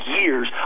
years